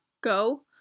go